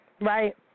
right